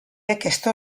aquesta